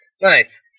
Nice